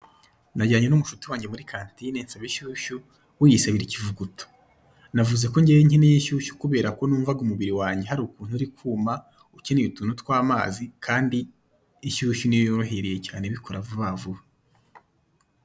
Najyanye n'umushuti wanjye muri kantine nsaba inshyushyu we yisabira ikivuguto, navuze ko ngewe nkeneye inshyushyu kubera ko numvaga umubiri wanjye hari ukuntu uri kuma ukeneye utuntu tw'amazi kandi inshyushyu niyo yorohereye cyane ibikora vubavuba.